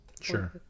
sure